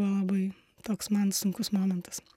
labai toks man sunkus momentas